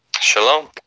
Shalom